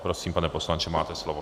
Prosím, pane poslanče, máte slovo.